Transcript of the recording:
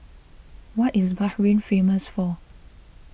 what is Bahrain famous for